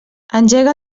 engega